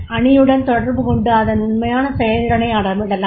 அணியுடன் தொடர்பு கொண்டு அதன் உண்மையான செயல்திறனை அளவிடலாம்